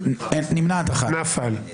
נפל.